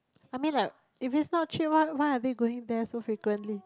I mean like if it's not a cheap one why are they going there so frequently